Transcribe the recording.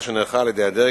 בנובמבר